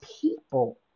people